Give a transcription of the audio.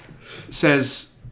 says